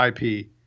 ip